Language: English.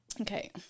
Okay